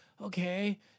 Okay